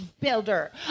builder